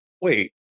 Wait